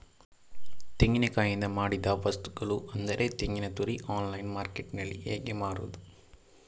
ತೆಂಗಿನಕಾಯಿಯಿಂದ ಮಾಡಿದ ವಸ್ತುಗಳು ಅಂದರೆ ತೆಂಗಿನತುರಿ ಆನ್ಲೈನ್ ಮಾರ್ಕೆಟ್ಟಿನಲ್ಲಿ ಹೇಗೆ ಮಾರುದು?